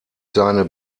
seine